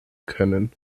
können